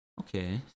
Okay